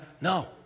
no